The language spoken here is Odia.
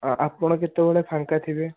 ହଁ ଆପଣ କେତେବେଳେ ଫାଙ୍କା ଥିବେ